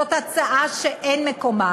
זאת הצעה שאין מקומה,